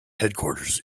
headquarters